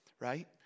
right